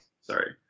Sorry